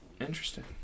Interesting